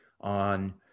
on